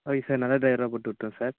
okay sir நல்ல டிரைவராக போட்டு விட்றேன் சார்